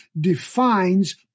defines